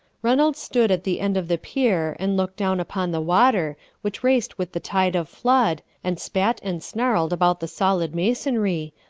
reynolds stood at the end of the pier, and looked down upon the water, which raced with the tide of flood, and spat and snarled about the solid masonry,